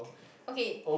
okay